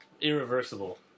Irreversible